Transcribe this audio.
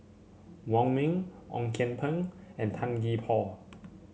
Wong Ming Ong Kian Peng and Tan Gee Paw